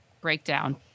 breakdown